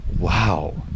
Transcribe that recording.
wow